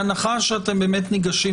בהנחה שאתם ניגשים